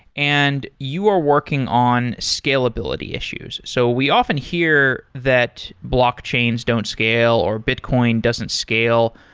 and you are working on scalability issues. so we often hear that blockchains don't scale, or bitcoin doesn't scale.